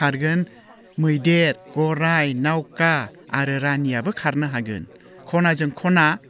खारगोन मैदेर गराइ नावखा आरो रानियाबो खारनो हागोन खनाजों खना